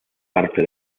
parte